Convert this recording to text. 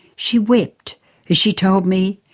she wept as she told me,